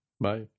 Bye